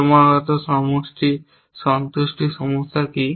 ক্রমাগত সন্তুষ্টি সমস্যা কি